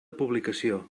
publicació